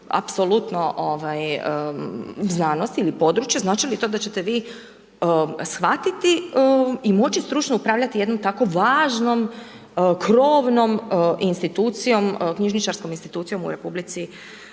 apsolutno znanosti ili područja, znači li to da ćete vi shvatiti i moći stručno upravljati jednom tako važnom krovnom institucijom, knjižničarskom institucijom u RH. Znači